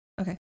Okay